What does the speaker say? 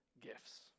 gifts